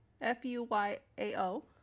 F-U-Y-A-O